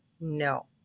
No